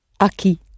Aqui